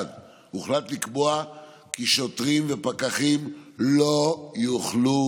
1. הוחלט לקבוע כי שוטרים ופקחים לא יוכלו